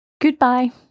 Goodbye